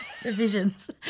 Divisions